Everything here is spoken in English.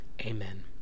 Amen